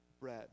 bread